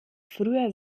früher